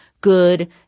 good